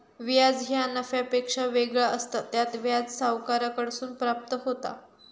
व्याज ह्या नफ्यापेक्षा वेगळा असता, त्यात व्याज सावकाराकडसून प्राप्त होता